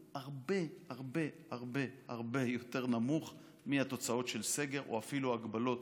הוא הרבה הרבה הרבה הרבה יותר נמוך מהתוצאות של סגר או אפילו הגבלות